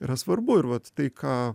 yra svarbu ir vat tai ką